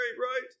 right